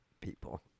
people